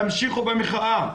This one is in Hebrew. תמשיכו במחאה.